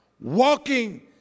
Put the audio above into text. Walking